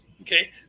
Okay